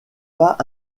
pas